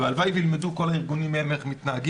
והלוואי וילמדו מהם כל הארגונים איך להתנהג.